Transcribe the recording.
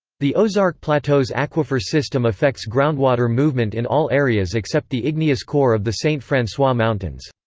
the ozark plateaus aquifer system affects groundwater movement in all areas except the igneous core of the st. francois mountains.